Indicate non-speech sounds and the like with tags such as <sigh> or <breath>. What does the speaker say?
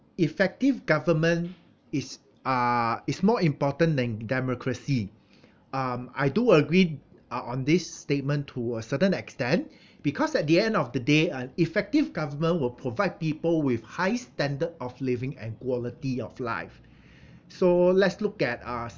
effective government is ah is more important than democracy <breath> um I do agree uh on this statement to a certain extent <breath> because at the end of the day uh effective government will provide people with high standard of living and quality of life <breath> so let's look at uh